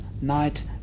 night